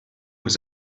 was